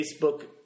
Facebook